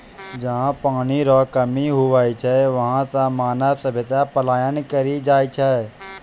जहा पनी रो कमी हुवै छै वहां से मानव सभ्यता पलायन करी जाय छै